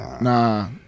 Nah